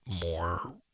more